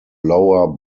lower